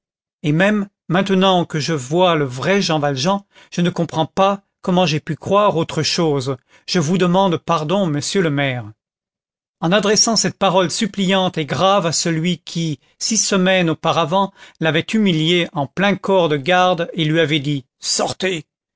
et même maintenant que je vois le vrai jean valjean je ne comprends pas comment j'ai pu croire autre chose je vous demande pardon monsieur le maire en adressant cette parole suppliante et grave à celui qui six semaines auparavant l'avait humilié en plein corps de garde et lui avait dit sortez